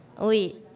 Oui